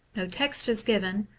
no text is given,